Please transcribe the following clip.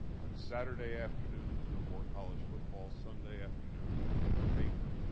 on saturday afternoons, no more college football. sunday afternoons i read the paper.